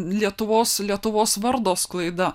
lietuvos lietuvos vardo sklaida